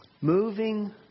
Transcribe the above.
Moving